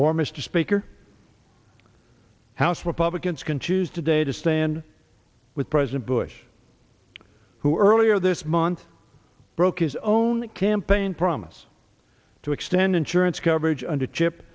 or mr speaker house republicans can choose today to stand with president bush who earlier this month broke his own campaign promise to extend insurance coverage under chip